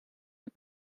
les